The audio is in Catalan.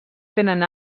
tenen